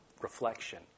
reflection